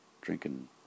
drinking